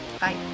bye